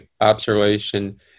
observation